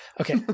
Okay